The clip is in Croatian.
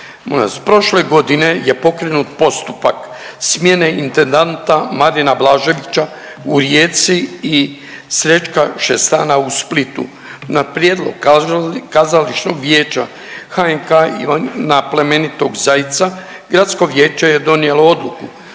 Prošle godine je pokrenut postupak smjene intendanta Marina Blaževića u Rijeci i Srećka Šestan u Splitu na prijedlog Kazališnog vijeća HNK Ivana plemenitog Zajca, gradsko vijeće je donijelo odluku